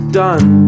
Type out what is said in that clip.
done